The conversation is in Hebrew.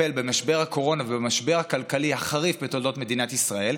לטפל במשבר הקורונה ובמשבר הכלכלי החריף בתולדות מדינת ישראל,